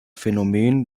phänomen